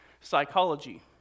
psychology